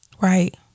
Right